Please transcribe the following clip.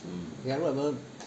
we ever ever